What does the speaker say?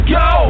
go